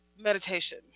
meditation